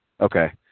Okay